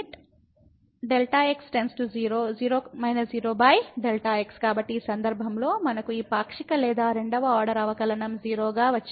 Δ x 00 − 0Δ x ఈ సందర్భంలో మనకు ఈ పాక్షిక లేదా రెండవ ఆర్డర్ అవకలనం 0 గా వచ్చింది